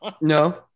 No